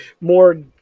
more